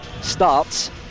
starts